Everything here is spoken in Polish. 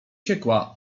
ciekła